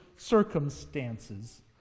circumstances